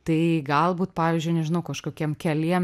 tai galbūt pavyzdžiui nežinau kažkokiem keliem